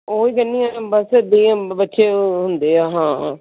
ਉਹੀ ਕਹਿੰਦੀ ਆ ਬਸ ਇੱਦਾਂ ਹੀ ਬੱਚੇ ਹੁੰਦੇ ਆ ਹਾਂ